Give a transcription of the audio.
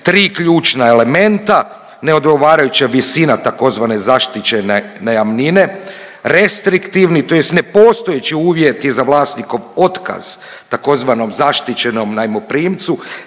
tri ključna elementa. Neodgovarajuća visina tzv. zaštićene najamnine, restriktivni tj. nepostojeći uvjeti za vlasnikov otkaz tzv. zaštićenom najmoprimcu